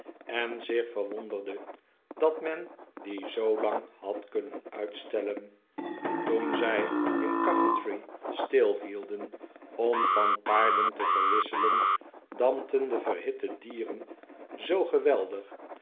en zich verwonderde dat men die zoolang had kunnen uitstellen toen zij in coventry stilhielden om van paarden te verwisselen dampten de verhitte dieren zoo geweldig